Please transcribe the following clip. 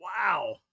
Wow